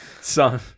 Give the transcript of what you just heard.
Son